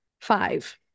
Five